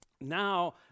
now